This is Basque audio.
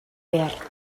behar